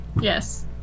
Yes